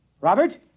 Robert